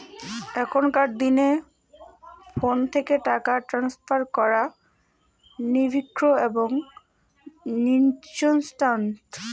এখনকার দিনে ফোন থেকে টাকা ট্রান্সফার করা নির্বিঘ্ন এবং নির্ঝঞ্ঝাট